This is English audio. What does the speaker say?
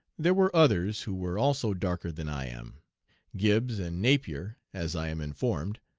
there were others who were also darker than i am gibbs and napier, as i am informed.